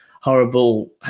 horrible